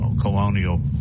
colonial